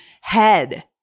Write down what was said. head